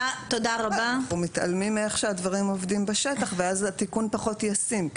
אנחנו מתעלמים מאיך שהדברים עובדים בשטח ואז התיקון פחות ישים.